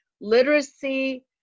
literacy